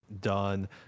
done